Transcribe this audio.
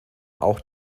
auch